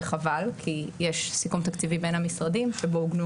וחבל כי יש סיכום תקציבי בין המשרדים שבו עוגנו